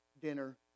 dinner